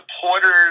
supporters